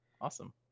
Awesome